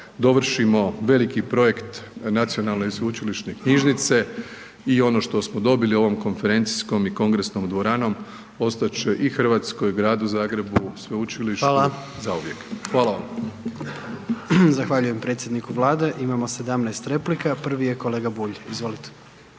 dovršimo veliki projekt Nacionalne i sveučilišne knjižnice i ono što smo dobili ovom konferencijskom i kongresnom dvoranom ostat će i Hrvatskoj, gradu Zagrebu, sveučilištu zauvijek. Hvala vam. **Jandroković, Gordan (HDZ)** Zahvaljujem predsjedniku Vlade. Imamo 17 replika, prvi je kolega Bulj. Izvolite.